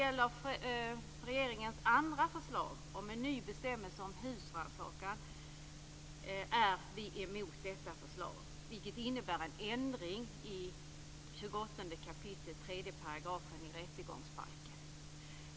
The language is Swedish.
Men regeringens andra förslag, om en ny bestämmelse om husrannsakan, är vi emot. Det innebär en ändring i 28 kap. 3 § i rättegångsbalken.